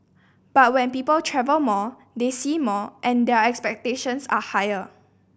but when people travel more they see more and their expectations are higher